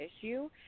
issue